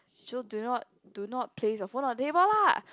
so do not do not place your phone on the table lah